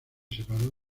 separó